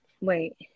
wait